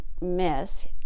miss